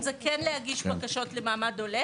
אם זה כן להגיש בקשות למעמד עולה.